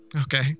okay